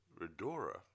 Redora